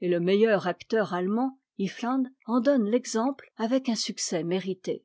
et le meilleur acteur allemand iffland en donne l'exemple avec un succès mérité